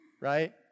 right